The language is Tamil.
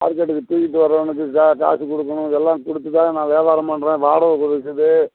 மார்கெட்டுக்கு தூக்கிட்டு வர்றவனுக்கு கா காசு கொடுக்கணும் இதெல்லாம் கொடுத்துதான் நான் வியாபாரம் பண்ணுறேன் வாடகை கொடுக்கு இருக்குது